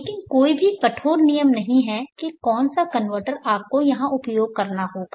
लेकिन कोई भी कठोर नियम नहीं है की कौन सा कनवर्टर आपको यहां उपयोग करना होगा